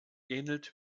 ähnelt